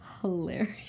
hilarious